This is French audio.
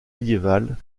médiévales